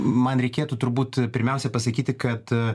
man reikėtų turbūt pirmiausia pasakyti kad